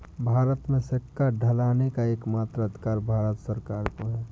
भारत में सिक्का ढालने का एकमात्र अधिकार भारत सरकार को है